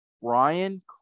ryan